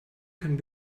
können